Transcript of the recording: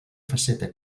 faceta